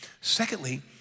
Secondly